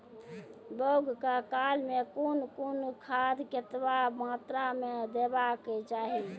बौगक काल मे कून कून खाद केतबा मात्राम देबाक चाही?